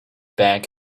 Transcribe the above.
back